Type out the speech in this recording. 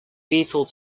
beetle